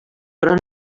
però